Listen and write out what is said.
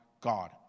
God